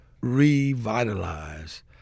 revitalize